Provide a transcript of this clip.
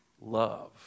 love